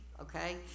okay